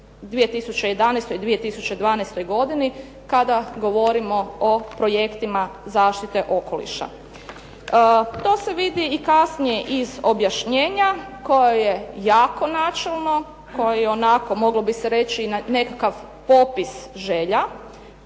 2011., 2012. godini kada govorimo o projektima zaštite okoliša. To se vidi i kasnije iz objašnjenja koje je jako načelno, koji ionako moglo bi se reći nekakav popis želja,